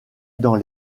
dans